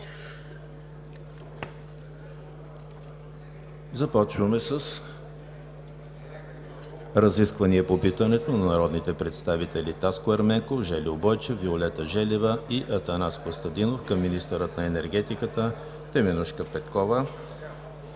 Започваме с разисквания по питането от народните представители Таско Ерменков, Жельo Бойчев, Виолета Желева и Атанас Костадинов към министъра на енергетиката Теменужка Петкова